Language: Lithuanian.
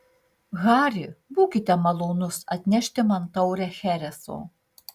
hari būkite malonus atnešti man taurę chereso